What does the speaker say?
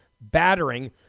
battering